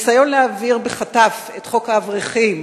הניסיון להעביר בחטף את חוק האברכים,